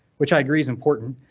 which i agree is important,